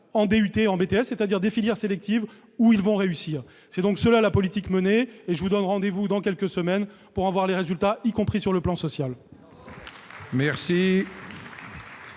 en DUT et en BTS, c'est-à-dire dans des filières sélectives où ils vont réussir. C'est donc cela, la politique menée et je vous donne rendez-vous dans quelques semaines pour en voir les résultats, y compris sur le plan social.